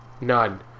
None